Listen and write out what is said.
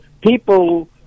people